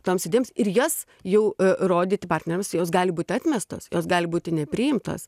toms idėjoms ir jas jau rodyti partniams jos gali būt atmestos jos gali būti nepriimtos